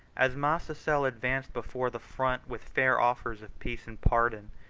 as mascezel advanced before the front with fair offers of peace and pardon,